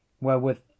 wherewith